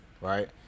right